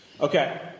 Okay